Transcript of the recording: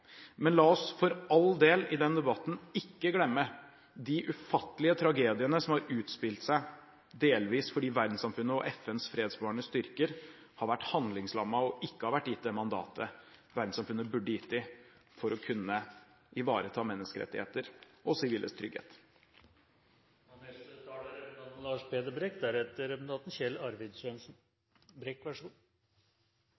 Men la oss for all del i denne debatten ikke glemme de ufattelige tragediene som har utspilt seg, delvis fordi verdenssamfunnet og FNs fredsbevarende styrker har vært handlingslammet og ikke har vært gitt det mandatet verdenssamfunnet burde gitt dem for å kunne ivareta menneskerettigheter og siviles trygghet.